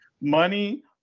Money